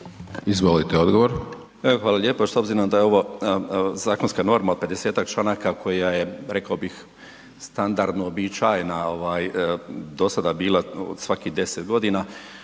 Zdravko** Evo hvala lijepa. S obzirom da je ovo zakonska norma od 50-ak članaka koja je rekao bih standardno uobičajena do sada bila svakih 10 g.,